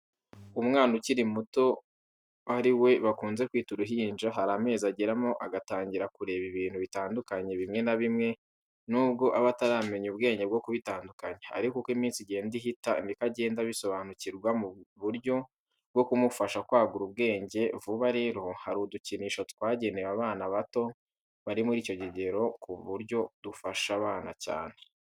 Umwana ukiri muto ari we bakunze kwita uruhinja, hari amezi ageramo agatangira kureba ibintu bitandukanye bimwe na bimwe, nubwo aba ataramenya ubwenge bwo kubitandukanya, ariko uko iminsi igenda ihita niko agenda abisobanukirwa. Mu buryo bwo kumufasha kwagura ubwenge vuba rero hari udukinisho twagenewe abana bato bari muri icyo kigero ku buryo dufasha abana cyane.